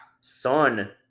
son